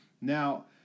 Now